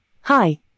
Hi